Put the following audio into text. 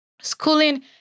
schooling